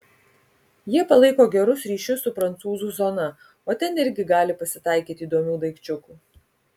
jie palaiko gerus ryšius su prancūzų zona o ten irgi gali pasitaikyti įdomių daikčiukų